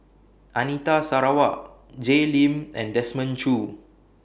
Anita Sarawak Jay Lim and Desmond Choo